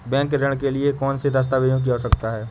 Bank ऋण के लिए कौन से दस्तावेजों की आवश्यकता है?